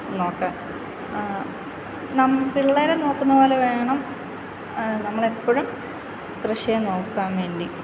നോക്കാൻ പിള്ളേരെ നോക്കുന്നതുപോലെ വേണം നമ്മൾ എപ്പോഴും കൃഷിയെ നോക്കാൻ വേണ്ടി